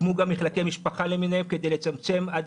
הוקמו גם מחלקי משפחה למיניהם כדי לצמצם עד